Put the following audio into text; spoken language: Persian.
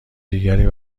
دیگری